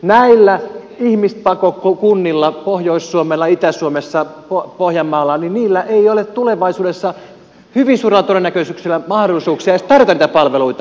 näillä ihmispakokunnilla pohjois suomessa itä suomessa pohjanmaalla ei ole tulevaisuudessa hyvin suurilla todennäköisyyksillä mahdollisuuksia edes tarjota niitä palveluita